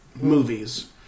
movies